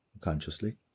consciously